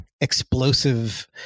explosive